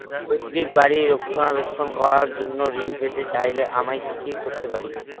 পৈত্রিক বাড়ির রক্ষণাবেক্ষণ করার জন্য ঋণ পেতে চাইলে আমায় কি কী করতে পারি?